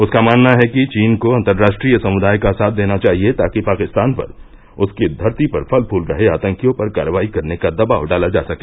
उसका मानना है कि चीन को अंतर्राष्ट्रीय समुदाय का साथ देना चाहिए ताकि पाकिस्तान पर उसकी धरती पर फल फूल रहे आतंकियों पर कार्रवाई करने का दबाव डाला जा सके